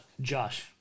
Josh